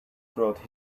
throughout